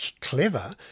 clever